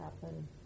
happen